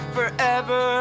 Forever